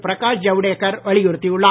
பிரகாஷ் ஜவ்டேக்கர் வலியுறுத்தியுள்ளார்